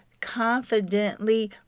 confidently